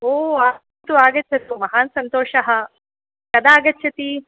ओ अस्तु आगच्छतु महान् सन्तोषः कदा आगच्छति